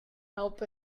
help